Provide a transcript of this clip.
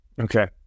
Okay